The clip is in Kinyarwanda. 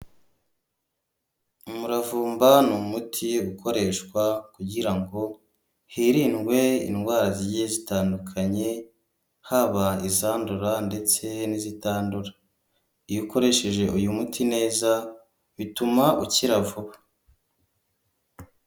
Umuravumba ni umuti ukoreshwa kugira ngo hirindwe indwara zigiye zitandukanye haba izandura ndetse n'izitandura, iyo ukoresheje uyu muti neza bituma ukira vuba.